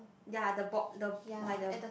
ya the board the like the